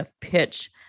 pitch